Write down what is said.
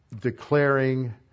declaring